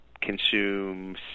consume